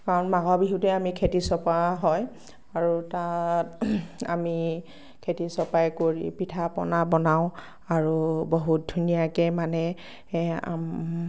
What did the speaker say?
কাৰণ মাঘৰ বিহুতেই আমি খেতি চপোৱা হয় আৰু তাত আমি খেতি চপাই কৰি পিঠা পনা বনাও আৰু বহুত ধুনীয়াকৈ মানে